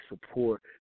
support